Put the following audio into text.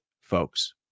folks